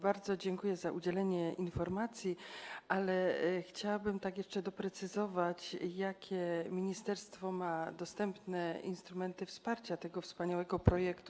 Bardzo dziękuję za udzielenie informacji, ale chciałabym jeszcze, by doprecyzować, jakie ministerstwo ma dostępne instrumenty wsparcia tego wspaniałego projektu.